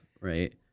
right